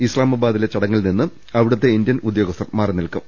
ഇസ്പാമാബാദിലെ ചടങ്ങിൽനിന്നും അവിടുത്തെ ഇന്ത്യൻ ഉദ്യോഗസ്ഥർ മാറിനിൽക്കും